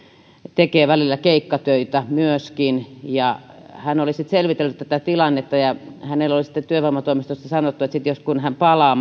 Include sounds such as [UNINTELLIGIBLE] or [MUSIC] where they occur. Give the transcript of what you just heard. tekee välillä keikkatöitä myöskin ja hän oli sitten selvitellyt tätä tilannetta hänelle oli työvoimatoimistosta sanottu että sitten jos kun hän mahdollisesti palaa [UNINTELLIGIBLE]